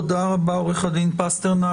תודה רבה, עורך הדין פסטרנק.